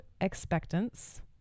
expectance